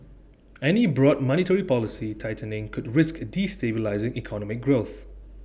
any broad monetary policy tightening could risk destabilising economic growth